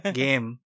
game